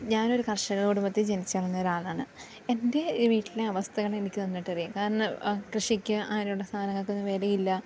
ഞാനൊരു കർഷക കുടുംബത്തിൽ ജനിച്ചു വളർന്നൊരാളാണ് എൻ്റെ വീട്ടിലെ അവസ്ഥകളെനിക്ക് നന്നായിട്ടറിയാം കാരണം കൃഷിക്ക് അങ്ങനെയുള്ള സാധനങ്ങൾക്കൊന്നും വിലയില്ല